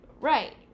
Right